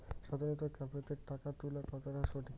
সাধারণ ক্যাফেতে টাকা তুলা কতটা সঠিক?